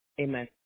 Amen